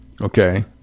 Okay